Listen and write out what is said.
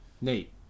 nate